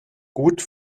gut